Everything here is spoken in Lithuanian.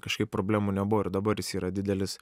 kažkaip problemų nebuvo ir dabar jis yra didelis